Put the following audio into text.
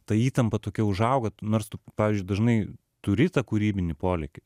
ta įtampa tokia užauga nors tu pavyzdžiui dažnai turi tą kūrybinį polėkį